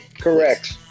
correct